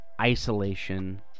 isolation